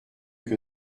que